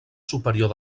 superior